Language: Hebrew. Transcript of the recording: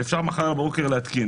שאפשר מחר בבוקר להתקין.